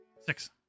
Six